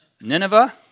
Nineveh